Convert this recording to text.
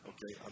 Okay